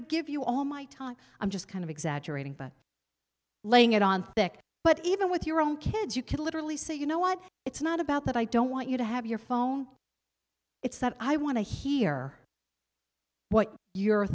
to give you all my time i'm just kind of exaggerating but laying it on thick but even with your own kids you could literally say you know what it's not about that i don't want you to have your phone it's that i want to hear what you're